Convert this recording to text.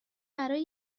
برای